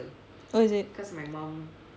oh is it